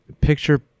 picture